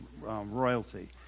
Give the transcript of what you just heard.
royalty